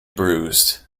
bruised